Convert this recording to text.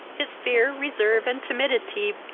his fear, reserve, and timidity,